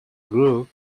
group